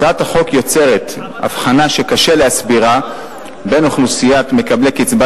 הצעת החוק יוצרת הבחנה שקשה להסבירה בין אוכלוסיית מקבלי קצבת